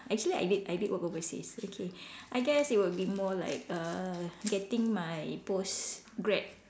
actually I did I did work overseas okay I guess it would be more like err getting my post grad